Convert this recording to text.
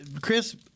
Chris